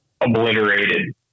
obliterated